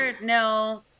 No